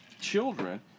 children